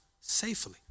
safely